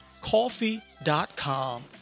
coffee.com